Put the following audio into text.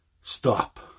Stop